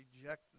reject